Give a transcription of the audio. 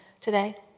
today